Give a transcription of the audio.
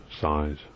size